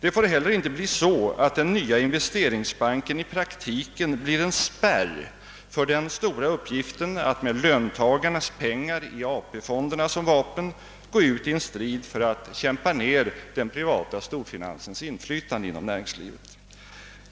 Inte heller får det bli så, att den nya investeringsbanken i praktiken blir en spärr för den stora uppgiften att med löntagarnas pengar i AP-fonderna som vapen gå ut i en strid för att kämpa ned den privata storfinansens inflytande inom näringslivet.